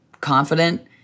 confident